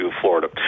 Florida